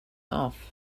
off